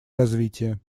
развития